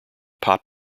pop